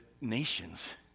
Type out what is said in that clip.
nations